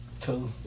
Two